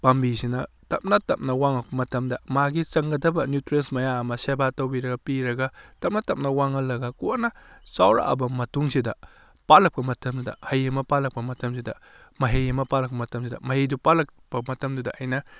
ꯄꯥꯝꯕꯤꯁꯤꯅ ꯇꯞꯅ ꯇꯞꯅ ꯋꯥꯡꯉꯛꯄ ꯃꯇꯝꯗ ꯃꯥꯒꯤ ꯆꯪꯒꯗꯕ ꯅ꯭ꯌꯨꯇ꯭ꯔꯦꯁ ꯃꯌꯥꯝ ꯑꯃ ꯁꯦꯕꯥ ꯇꯧꯕꯤꯔꯒ ꯄꯤꯔꯒ ꯇꯞꯅ ꯇꯞꯅ ꯋꯥꯡꯍꯜꯂꯒ ꯀꯣꯟꯅ ꯆꯥꯎꯔꯛꯑꯕ ꯃꯇꯨꯡꯁꯤꯗ ꯄꯥꯜꯂꯛꯄ ꯃꯇꯝꯗ ꯍꯩ ꯑꯃ ꯄꯥꯜꯂꯛꯄ ꯃꯇꯝꯁꯤꯗ ꯃꯍꯩ ꯑꯃ ꯄꯥꯜꯂꯛꯄ ꯃꯇꯝꯁꯤꯗ ꯃꯍꯩꯗꯨ ꯄꯥꯜꯂꯛꯄ ꯃꯇꯝꯗꯨꯗ ꯑꯩꯅ